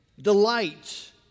delight